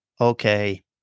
okay